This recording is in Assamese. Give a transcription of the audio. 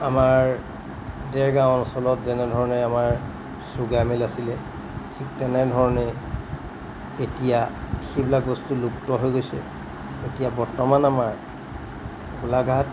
আমাৰ দেৰগাঁও অঞ্চলত যেনেধৰণে আমাৰ চুগাৰমিল আছিলে ঠিক তেনেধৰণে এতিয়া সেইবিলাক বস্তু লুপ্ত হৈ গৈছে এতিয়া বৰ্তমান আমাৰ গোলাঘাট